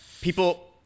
People